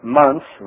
months